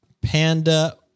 Panda